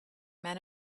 men